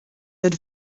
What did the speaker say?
had